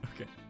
Okay